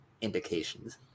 indications